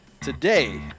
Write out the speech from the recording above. Today